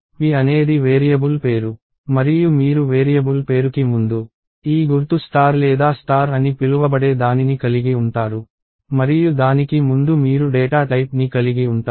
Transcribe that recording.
p అనేది variable పేరు మరియు మీరు వేరియబుల్ పేరుకి ముందు ఈ గుర్తు స్టార్ లేదా స్టార్ అని పిలువబడే దానిని కలిగి ఉంటారు మరియు దానికి ముందు మీరు డేటా టైప్ ని కలిగి ఉంటారు